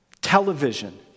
Television